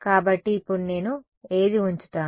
కాబట్టి ఇప్పుడు నేను ఏది ఉంచుతాను